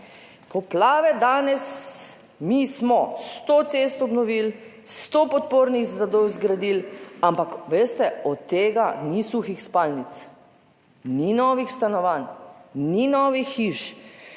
poplave danes. "Mi smo 100 cest obnovili, 100 podpornih zidov zgradili", ampak veste, od tega ni suhih spalnic, ni novih stanovanj, ni novih hiš.